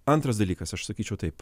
antras dalykas aš sakyčiau taip